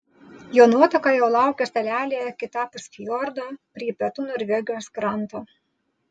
jo nuotaka jau laukė salelėje kitapus fjordo prie pietų norvegijos kranto